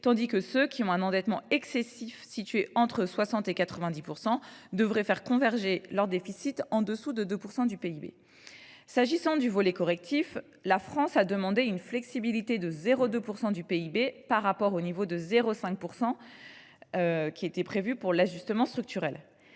tandis que ceux dont l’endettement excessif est situé entre 60 % et 90 % devraient faire converger leur déficit en dessous de 2 % du PIB. S’agissant du volet correctif, la France a demandé une flexibilité de 0,2 % du PIB par rapport au niveau de 0,5 % qui était prévu pour l’ajustement structurel.